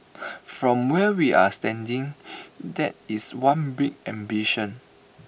from where we're standing that is one big ambition